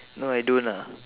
no I don't lah